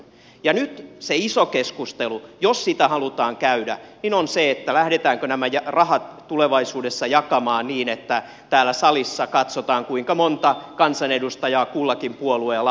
nyt se iso keskustelu jos sitä halutaan käydä on se lähdetäänkö nämä rahat tulevaisuudessa jakamaan niin että täällä salissa katsotaan kuinka monta kansanedustajaa kullakin puolueella on